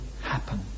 happen